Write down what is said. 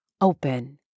open